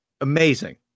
Amazing